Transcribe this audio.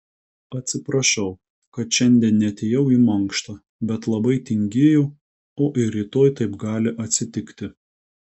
atsiprašau kad šiandien neatėjau į mankštą bet labai tingėjau o ir rytoj taip gali atsitikti